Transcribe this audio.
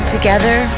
Together